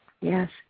Yes